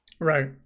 Right